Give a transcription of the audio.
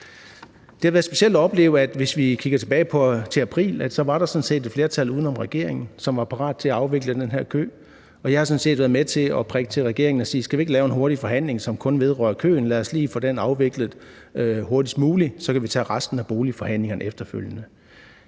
det været specielt at opleve, at der sådan set var et flertal uden om regeringen, som var parat til at afvikle den her kø, og jeg har sådan set været med til at prikke til regeringen og sige, om vi ikke skulle lave en hurtig forhandling, som kun vedrører køen, så vi lige kan få den afviklet hurtigst muligt – så kan vi tage resten af boligforhandlingerne efterfølgende.